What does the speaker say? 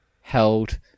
held